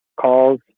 Calls